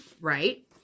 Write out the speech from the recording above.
right